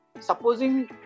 supposing